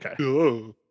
Okay